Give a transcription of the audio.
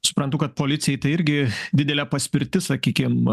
suprantu kad policijai tai irgi didelė paspirtis sakykim